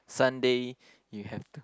Sunday you have to